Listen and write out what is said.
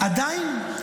עדיין,